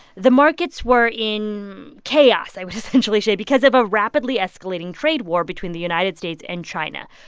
the markets were in chaos, i would essentially say, because of a rapidly escalating trade war between the united states and china.